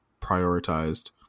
prioritized